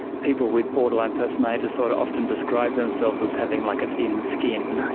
people with borderline personality disorder often describe themselves as having like a thin skin.